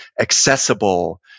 accessible